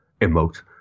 emote